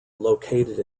located